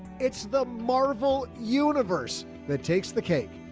it's the marvel universe that takes the cake.